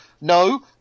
No